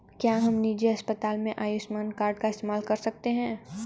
क्या हम निजी अस्पताल में आयुष्मान कार्ड का इस्तेमाल कर सकते हैं?